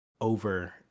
over